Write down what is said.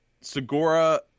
segura